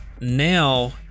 now